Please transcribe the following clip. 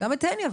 גם את הניה.